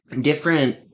Different